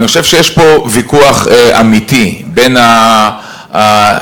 אני חושב שיש פה ויכוח אמיתי בין האליטיזם,